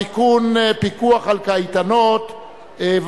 התשע"א 2011,